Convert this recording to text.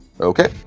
Okay